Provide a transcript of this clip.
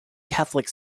catholic